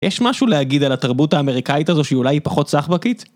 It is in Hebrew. יש משהו להגיד על התרבות האמריקאית הזו שהיא אולי פחות סחבקית?